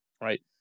right